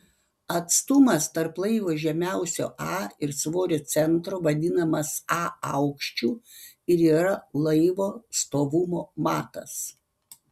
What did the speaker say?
atstumas tarp laivo žemiausio a ir svorio centro vadinamas a aukščiu ir yra laivo stovumo matas